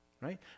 right